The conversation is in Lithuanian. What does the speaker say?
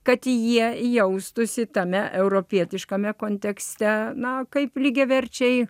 kad jie jaustųsi tame europietiškame kontekste na kaip lygiaverčiai